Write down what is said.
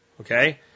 okay